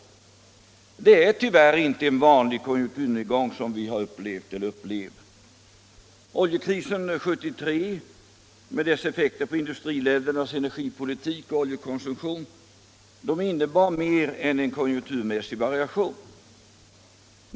Det är tyvärr inte en vanlig konjunkturnedgång som vi har upplevt och upplever. Oljekrisen 1973 med dess effekter på industriländernas energipolitik och oljekonsumtion innebar mer än en konjunkturmässig variation.